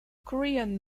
korean